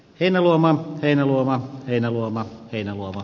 heinäluoma ei meluava heinäluoma keinua